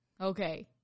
Okay